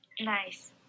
nice